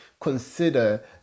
consider